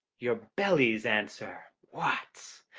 your belly's answer? what!